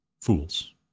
fools